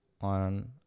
on